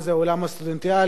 העולם הסטודנטיאלי.